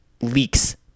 leaks